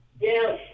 Yes